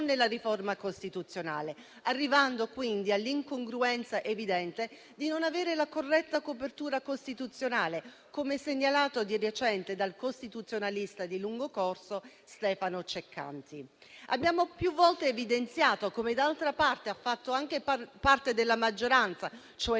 nella riforma costituzionale, arrivando quindi all'incongruenza evidente di non avere la corretta copertura costituzionale, come segnalato di recente dal costituzionalista di lungo corso Stefano Ceccanti. Abbiamo più volte evidenziato, come d'altra parte ha fatto anche parte della maggioranza, cioè la